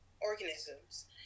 organisms